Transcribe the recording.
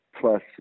plus